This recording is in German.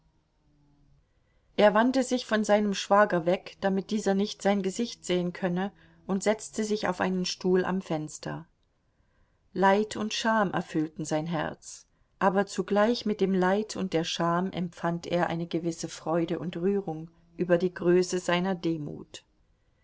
er wandte sich von seinem schwager weg damit dieser nicht sein gesicht sehen könne und setzte sich auf einen stuhl am fenster leid und scham erfüllten sein herz aber zugleich mit dem leid und der scham empfand er eine gewisse freude und rührung über die größe seiner demut